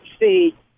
see